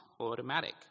automatic